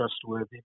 trustworthy